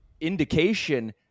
indication